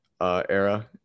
era